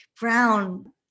brown